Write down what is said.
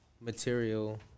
material